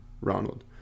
Ronald